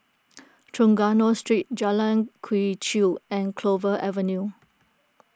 Trengganu Street Jalan Quee Chew and Clover Avenue